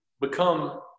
become